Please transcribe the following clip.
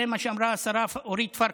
זה מה שאמרה השרה אורית פרקש.